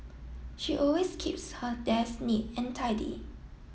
she always keeps her desk neat and tidy